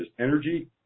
energy